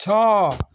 ଛଅ